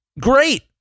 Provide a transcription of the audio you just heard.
great